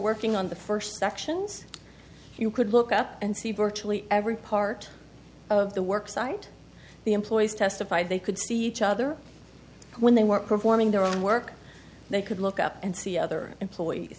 working on the first sections you could look up and see virtually every part of the work site the employees testified they could see each other when they were performing their own work they could look up and see other employees